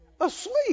Asleep